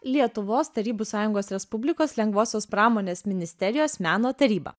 lietuvos tarybų sąjungos respublikos lengvosios pramonės ministerijos meno taryba